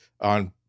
on